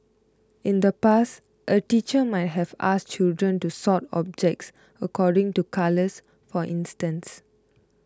in the past a teacher might have asked children to sort objects according to colours for instance